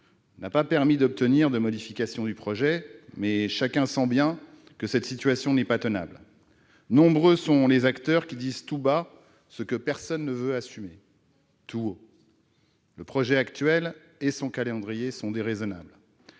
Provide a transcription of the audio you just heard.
n'a pas permis d'obtenir de modification du projet, mais chacun sent bien que cette situation n'est pas tenable. Nombreux sont les acteurs qui disent tout bas ce que personne ne veut assumer tout haut : le projet actuel et son calendrier sont déraisonnables.